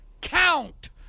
count